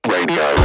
Radio